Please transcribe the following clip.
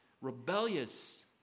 rebellious